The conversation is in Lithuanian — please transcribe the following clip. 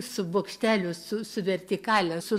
su bokšteliu su su vertikale su